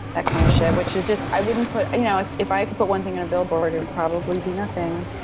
that kind of shit. which is just i wouldn't put, you know, if i could put one thing on a billboard it would probably be nothing.